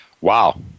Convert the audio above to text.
Wow